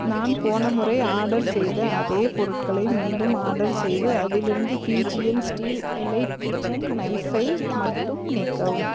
நான் போன முறை ஆர்டர் செய்த அதே பொருட்களை மீண்டும் ஆர்டர் செய்து அதிலிருந்த பீஜியன் ஸ்டீல் எலைட் கிச்சன் நைஃப்பை மட்டும் நீக்கவும்